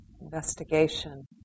investigation